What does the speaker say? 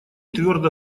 твердо